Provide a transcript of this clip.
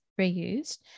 reused